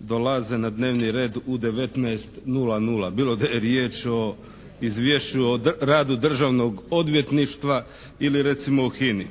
dolaze na dnevni red u 19,00 bilo da je riječ o Izvješću o radu Državnog odvjetništva ili recimo o HINA-i.